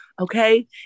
okay